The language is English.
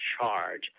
charge